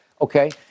Okay